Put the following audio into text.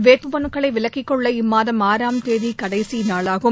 வேட்புமனுக்களை விலக்கிக்கொள்ள இம்மாதம் ஆறாம் தேதி கடைசிநாளாகும்